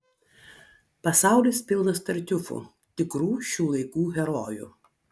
pasaulis pilnas tartiufų tikrų šių laikų herojų